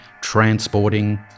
transporting